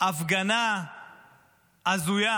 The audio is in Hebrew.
הפגנה הזויה